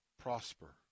prosper